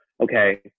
okay